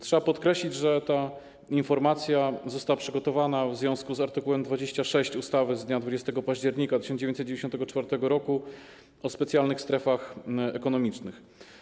Trzeba podkreślić, że ta informacja została przygotowana w związku z art. 26 ustawy z dnia 20 października 1994 r. o specjalnych strefach ekonomicznych.